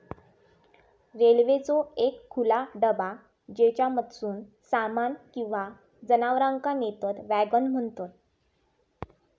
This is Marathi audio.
रेल्वेचो एक खुला डबा ज्येच्यामधसून सामान किंवा जनावरांका नेतत वॅगन म्हणतत